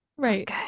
right